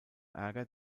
ärger